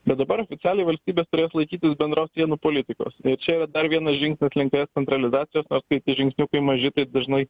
bet dabar oficialiai valstybės turės laikytis bendros sienų politikos čia yra dar vienas žingsnis link es centralizacijos nors kai tie žingsniukai maži taip dažnai